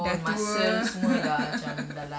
dah tua